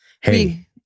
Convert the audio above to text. Hey